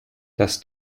das